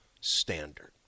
standard